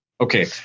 Okay